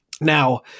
Now